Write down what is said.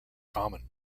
common